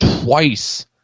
twice